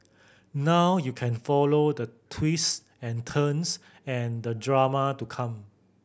now you can follow the twist and turns and the drama to come